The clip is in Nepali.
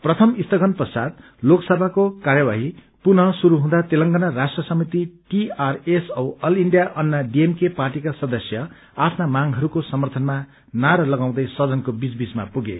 प्रथम स्थगन पश्चात लोकसभाको कार्यवाडी पुनः श्रुरू हुपौँ तेलेंगना राष्ट्र समिति दीआरएस औ अल इण्डिया अन्ना डीएमके पार्टीका सदस्य आफ्ना मागहरूको समर्थनमा नारा लगाउँदै सदनको बोच बीघमा पुगे